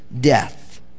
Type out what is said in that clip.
death